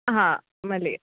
હા મળીએ